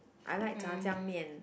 I like Jia-Jiang-Mian